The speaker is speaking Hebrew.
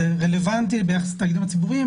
זה רלוונטי ביחס לתאגידים הציבוריים,